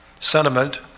sentiment